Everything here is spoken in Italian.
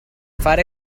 fare